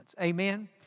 Amen